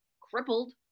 crippled